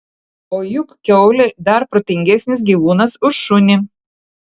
o juk kiaulė dar protingesnis gyvūnas už šunį